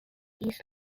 east